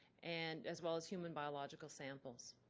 and as well as human biological samples.